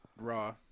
raw